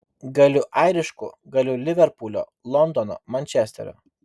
galiu airišku galiu liverpulio londono mančesterio